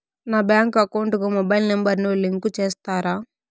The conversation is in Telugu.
నా బ్యాంకు అకౌంట్ కు మొబైల్ నెంబర్ ను లింకు చేస్తారా?